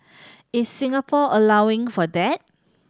is Singapore allowing for that